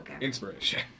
inspiration